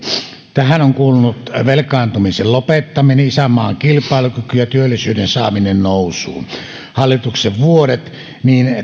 tähän ovat kuuluneet velkaantumisen lopettaminen isänmaan kilpailukyky ja työllisyyden saaminen nousuun hallituksen vuodet niin